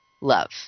love